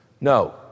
No